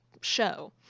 show